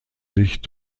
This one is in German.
sich